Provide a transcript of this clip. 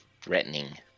threatening